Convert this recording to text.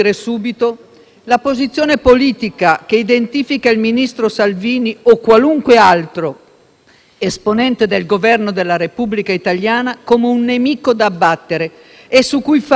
esponente del Governo della Repubblica italiana, come un nemico da abbattere e su cui fare cannibalismo becero, con linguaggi che alimentano odio o delegittimazione. Certo,